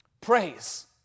praise